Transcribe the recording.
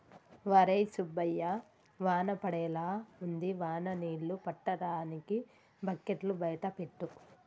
ఒరై సుబ్బయ్య వాన పడేలా ఉంది వాన నీళ్ళు పట్టటానికి బకెట్లు బయట పెట్టు